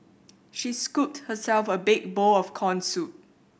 she scooped herself a big bowl of corn soup